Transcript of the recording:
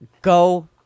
go